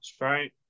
right